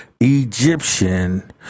Egyptian